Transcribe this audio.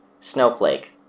Snowflake